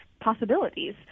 possibilities